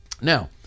Now